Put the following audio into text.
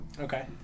Okay